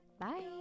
Bye